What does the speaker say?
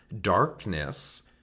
darkness